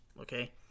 okay